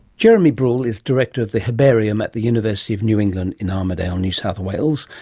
jeremy bruhl is director of the herbarium at the university of new england in armidale, new south wales,